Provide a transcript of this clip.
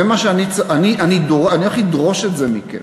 אני הולך לדרוש את זה מכם,